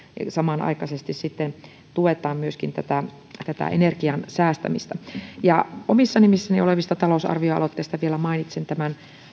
samanaikaisesti myöskin tuetaan energian säästämistä omissa nimissäni olevista talousarvioaloitteista mainitsen vielä tämän